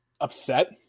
upset